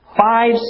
five